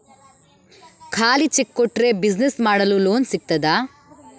ಖಾಲಿ ಚೆಕ್ ಕೊಟ್ರೆ ಬಿಸಿನೆಸ್ ಮಾಡಲು ಲೋನ್ ಸಿಗ್ತದಾ?